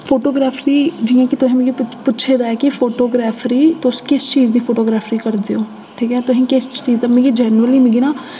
photography जि'यां की तुसें मिकी पूछ पुच्छेदा ऐ कि फोटोग्राफ्री तुस किस चीज दी फोटोग्राफ्री करदे ओ ठीक ऐ तुसें किस चीज दा मिगी जैनरली मिगी ना